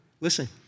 listen